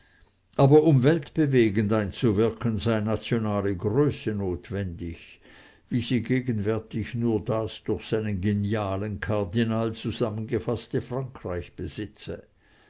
aber um weltbewegend einzuwirken sei nationale größe notwendig wie sie gegenwärtig nur das durch seinen genialen kardinal zusammengefaßte frankreich besitze